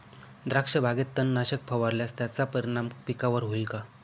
द्राक्षबागेत तणनाशक फवारल्यास त्याचा परिणाम पिकावर होईल का?